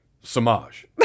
Samaj